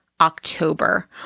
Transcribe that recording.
October